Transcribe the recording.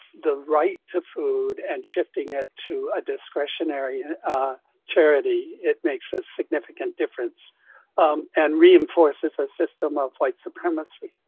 the right to food and shifting it to a discretionary charity. it makes a significant difference and reinforces a system of white supremacy.